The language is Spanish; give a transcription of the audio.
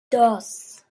dos